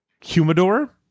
humidor